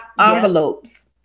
envelopes